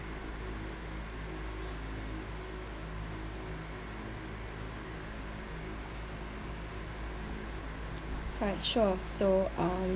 fine sure so um